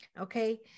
Okay